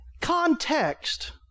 Context